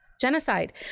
genocide